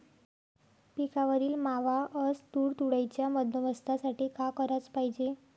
पिकावरील मावा अस तुडतुड्याइच्या बंदोबस्तासाठी का कराच पायजे?